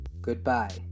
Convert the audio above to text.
goodbye